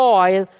oil